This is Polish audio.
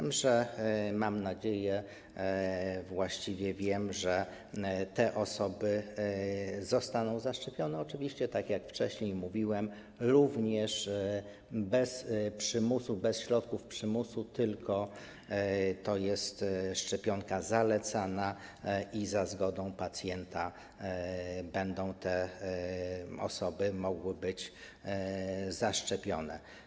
Mam nadzieję, właściwie wiem, że te osoby zostaną oczywiście zaszczepione, tak jak wcześniej mówiłem, również bez przymusu, bez środków przymusu, to jest szczepionka zalecana i za zgodą pacjenta będą te osoby mogły być zaszczepione.